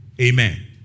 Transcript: Amen